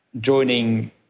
joining